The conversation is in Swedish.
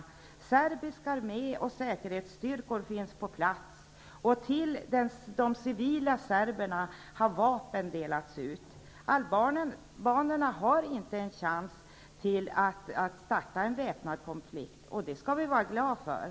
Serbisk armé och serbiska säkerhetsstyrkor finns på plats, och vapen har delats ut till de civila serberna. Albanerna har inte en chans att starta en väpnad konflikt, vilket vi skall vara glada över.